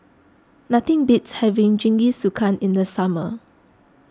nothing beats having Jingisukan in the summer